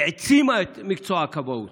והיא העצימה את מקצוע הכבאות,